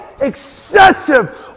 excessive